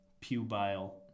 pubile